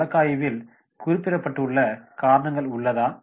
வழக்கு ஆய்வில் குறிப்பிடப்பட்டுள்ள காரணங்கள் உள்ளதா